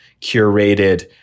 curated